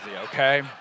okay